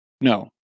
no